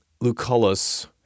Lucullus